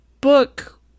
book